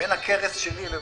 פעם אחת, גם אתם